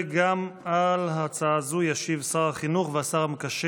גם על הצעה זו ישיב שר החינוך והשר המקשר